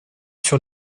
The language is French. sur